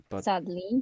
Sadly